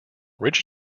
rich